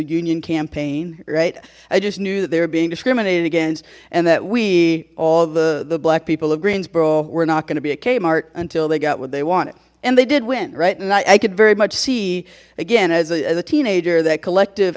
union campaign right i just knew that they were being discriminated against and that we all the the black people of greensboro were not going to be a kmart until they got what they wanted and they did win right and i could very much see again as a teenager that collective